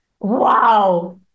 wow